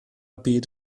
byd